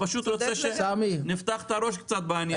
פשוט רוצה שנפתח את הראש קצת בעניין.